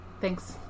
Thanks